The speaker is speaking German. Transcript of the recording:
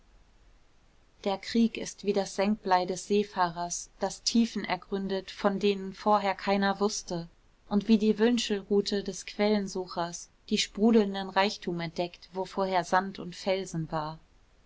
der krieg ist wie das senkblei des seefahrers das tiefen ergründet von denen vorher keiner wußte und wie die wünschelrute des quellensuchers die sprudelnden reichtum entdeckt wo vorher sand und felsen war